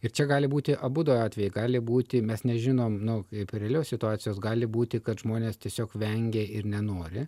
ir čia gali būti abudu atvejai gali būti mes nežinom nu kaip realios situacijos gali būti kad žmonės tiesiog vengia ir nenori